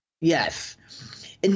Yes